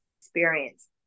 experience